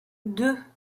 deux